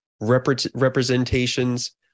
representations